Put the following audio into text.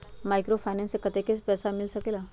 Microfinance से कतेक पैसा मिल सकले ला?